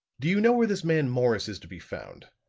do you know where this man morris is to be found?